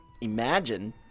imagine